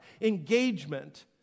Engagement